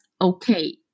okay